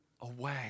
away